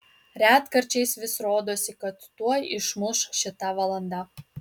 retkarčiais vis rodosi kad tuoj išmuš šita valanda